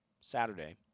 Saturday